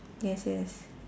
yes yes